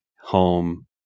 Home